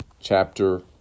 chapter